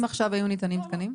אם עכשיו היו ניתנים תקנים?